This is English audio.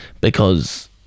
because-